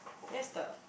yes the